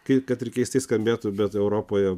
kaip kad ir keistai skambėtų bet europoje